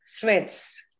threads